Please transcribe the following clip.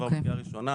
עבר בקריאה ראשונה.